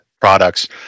products